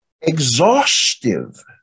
exhaustive